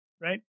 right